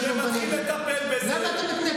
סוף-סוף יש מישהו שמתחיל לטפל בזה שחוק זה חוק,